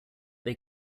they